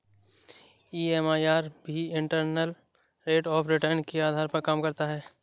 MIRR भी internal rate of return के आधार पर काम करता है